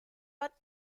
but